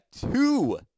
two